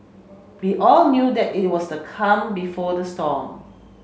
we all knew that it was the calm before the storm